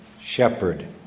shepherd